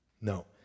No